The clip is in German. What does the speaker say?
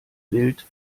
wild